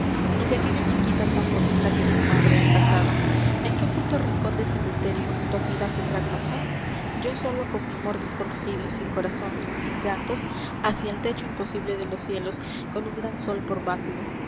de aquella chiquita tan bonita que su madre ha casado l i b r o d e p o e m a s p n qué oculto rincón de cementerio u murá su fracaso stdo con mi amor desconocido hacc razón sín llantos con eck imposible de los cielos un gran sol por báculo